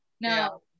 no